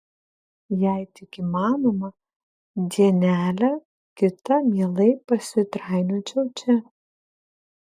jei tik įmanoma dienelę kitą mielai pasitrainiočiau čia